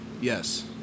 Yes